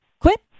quit